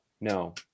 no